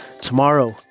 Tomorrow